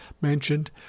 mentioned